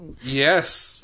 Yes